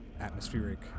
atmospheric